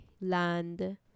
land